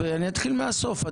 אתחיל מהסוף.